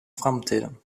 framtiden